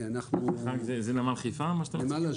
שמאלה זה לכיוון הנמל.